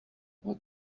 what